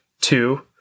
Two